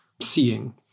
seeing